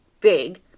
big